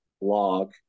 log